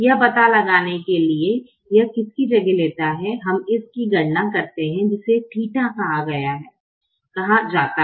यह पता लगाने के लिए कि यह किसकी जगह लेता है हम इस की गणना करते हैं जिसे थीटा Ɵ कहा जाता है